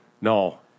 No